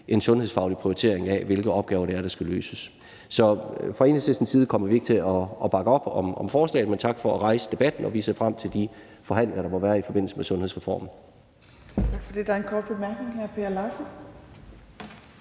en sundhedsfaglig prioritering af, hvilke opgaver der skal løses. Fra Enhedslistens side kommer vi ikke til at bakke op om forslaget, men tak for at rejse debatten, og vi ser frem til de forhandlinger, der er i forbindelse med sundhedsreformen.